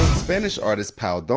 spanish artist pau dones,